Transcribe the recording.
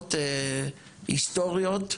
מכינות היסטוריות,